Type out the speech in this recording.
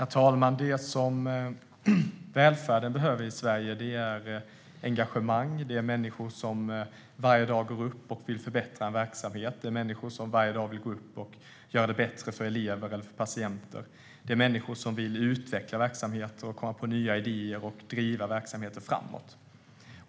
Herr talman! Det välfärden i Sverige behöver är engagemang. Vi behöver människor som varje dag vill förbättra verksamheter och göra det bättre för elever och patienter. Vi behöver människor som vill utveckla verksamheter, som kommer på nya idéer och som vill driva verksamheter framåt.